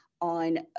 on